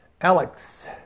Alex